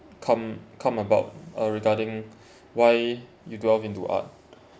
come come about uh regarding why you delve into art